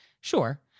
sure